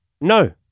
No